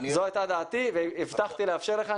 זו הייתה דעתי והבטחתי לאפשר לך.